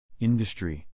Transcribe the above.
Industry